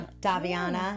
Daviana